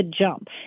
jump